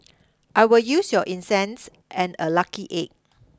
I will use your incense and a lucky egg